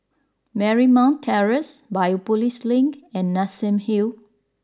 Marymount Terrace Biopolis Link and Nassim Hill